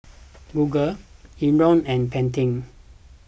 Google Iora and Pentel